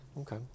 Okay